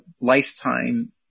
lifetime